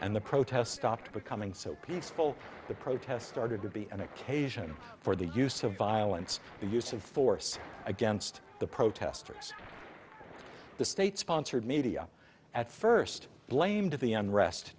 and the protests stopped becoming so peaceful the protests started to be an occasion for the use of violence the use of force against the protesters the state sponsored media at first blamed the unrest